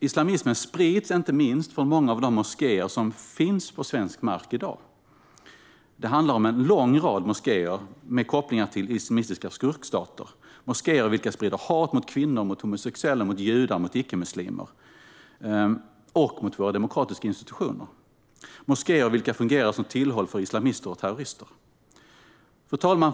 Islamismen sprids inte minst från många av de moskéer som finns på svensk mark i dag. Det handlar om en lång rad moskéer med kopplingar till islamistiska skurkstater - moskéer vilka sprider hat mot kvinnor, homosexuella, judar och icke-muslimer och mot våra demokratiska institutioner. Det är moskéer vilka fungerar som tillhåll för islamister och terrorister. Fru talman!